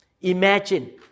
Imagine